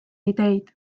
ideid